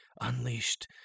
unleashed